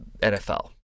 NFL